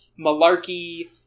malarkey